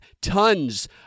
tons